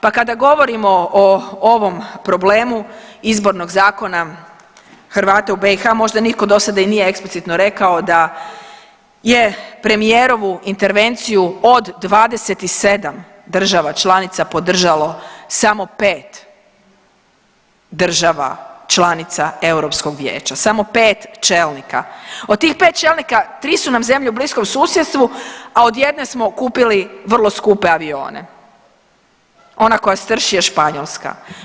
Pa kada govorimo o ovom problemu Izbornog zakona Hrvata u BiH možda nitko do sada nije eksplicitno rekao da je premijerovu intervenciju od 27 država članica podržalo samo pet država članica Europskog Vijeća sam pet čelnika, od tih pet čelnika tri su nam zemlje u bliskom susjedstvu, a od jedne smo kupili vrlo skupe avione, ona koja strši je Španjolska.